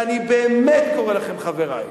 ואני באמת קורא לכם "חברי":